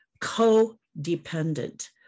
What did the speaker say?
co-dependent